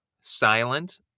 silent